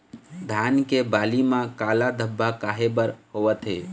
धान के बाली म काला धब्बा काहे बर होवथे?